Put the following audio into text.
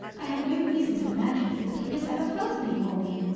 i have no reason to imagine that he has ever felt any for me.